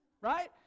Right